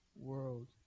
world